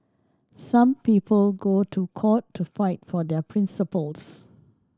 some people go to court to fight for their principles